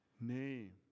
name